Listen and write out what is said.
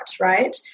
right